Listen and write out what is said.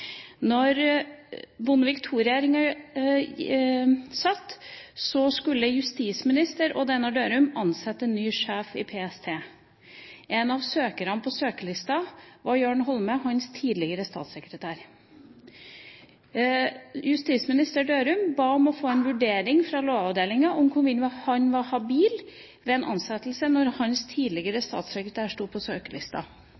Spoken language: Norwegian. Bondevik II-regjeringa satt, skulle justisminister Odd Einar Dørum ansette ny sjef i PST. En av søkerne på søkerlisten var Jørn Holme, hans tidligere statssekretær. Justisminister Dørum ba om å få en vurdering fra Lovavdelingen om hvorvidt han var habil ved en ansettelse, når hans